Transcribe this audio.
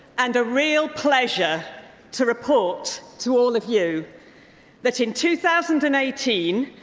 and a real pleasure to report to all of you that in two thousand and eighteen,